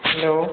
hello